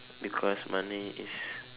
because money is